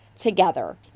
Together